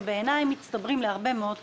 שבעיניי מצטברים להרבה מאוד כסף.